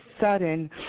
sudden